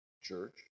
church